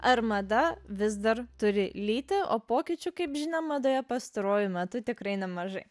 ar mada vis dar turi lytį o pokyčių kaip žinia madoje pastaruoju metu tikrai nemažai